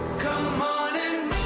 come on and